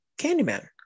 Candyman